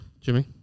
jimmy